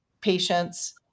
patients